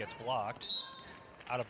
gets blocked out of